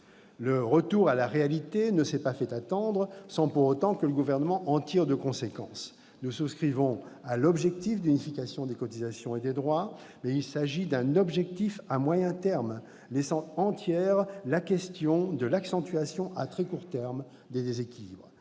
Le retour à la réalité ne s'est pas fait attendre, sans pour autant que le Gouvernement en tire de conséquence. Nous souscrivons à l'objectif d'unification des cotisations et des droits, mais il s'agit d'un objectif de moyen terme, laissant entière la question de l'accentuation à très court terme des déséquilibres.